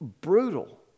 brutal